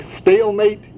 stalemate